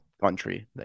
country